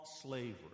slavery